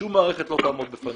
שום מערכת לא תעמוד בפנינו.